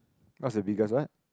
what's the biggest what